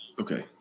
Okay